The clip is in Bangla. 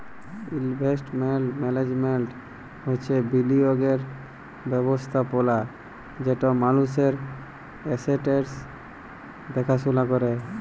ইলভেস্টমেল্ট ম্যাল্যাজমেল্ট হছে বিলিয়গের ব্যবস্থাপলা যেট মালুসের এসেট্সের দ্যাখাশুলা ক্যরে